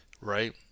right